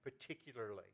particularly